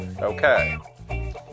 Okay